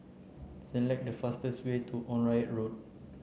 select the fastest way to Onraet Road